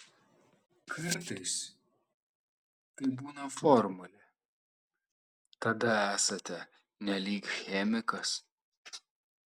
kartais tai būna formulė tada esate nelyg chemikas